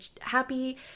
happy